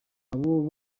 abo